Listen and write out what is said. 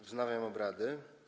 Wznawiam obrady.